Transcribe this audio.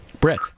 Brett